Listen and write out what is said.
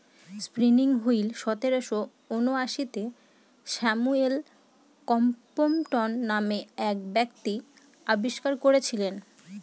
spinning wheel সতেরোশো ঊনআশিতে Samuel Crompton নামে এক ব্যক্তি আবিষ্কার করেছিলেন